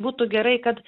būtų gerai kad